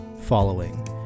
following